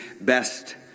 best